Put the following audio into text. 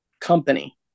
company